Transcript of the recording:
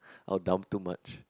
I'll dump too much